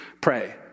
pray